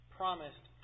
promised